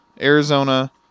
Arizona